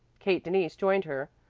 kate denise joined her.